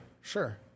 Sure